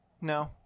No